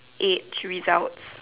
age results